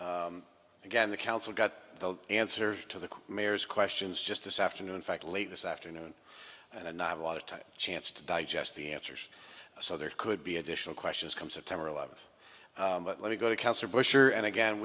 and again the council got the answer to the mayor's questions just this afternoon fact late this afternoon and i have a lot of time chance to digest the answers so there could be additional questions come september eleventh but let me go to cancer busher and again